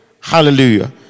Hallelujah